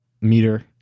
meter